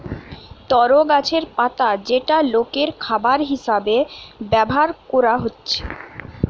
তরো গাছের পাতা যেটা লোকের খাবার হিসাবে ব্যভার কোরা হচ্ছে